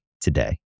today